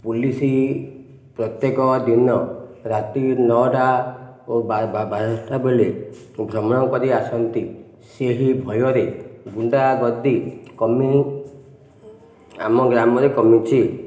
police ପ୍ରତ୍ୟେକ ଦିନ ରାତି ନଅଟା ଓ ବାରଟା ବେଳେ ଭ୍ରମଣ କରି ଆସନ୍ତି ସେହି ଭୟରେ ଗୁଣ୍ଡା ଗର୍ଦି କମି ଆମ ଗ୍ରାମରେ କମିଛି